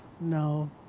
no